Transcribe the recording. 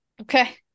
okay